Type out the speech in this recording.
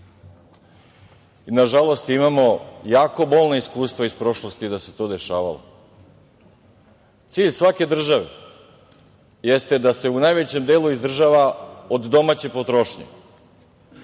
žalost, imamo jako bolna iskustva iz prošlosti da se to dešavalo. Cilj svake države jeste da se u najvećem delu izdržava od domaće potrošnje.